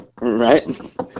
Right